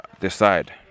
decide